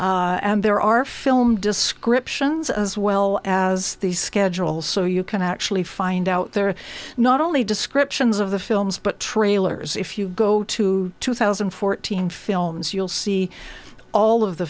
well and there are film descriptions as well as these schedules so you can actually find out there are not only descriptions of the films but trailers if you go to two thousand and fourteen films you'll see all of the